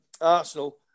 Arsenal